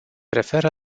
referă